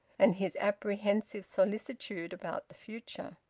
and his apprehensive solicitude about the future.